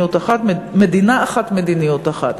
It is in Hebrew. מדינה אחת, מדיניות אחת".